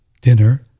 dinner